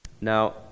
Now